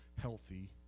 healthy